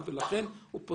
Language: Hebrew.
וכן שם המעביר או הנעבר,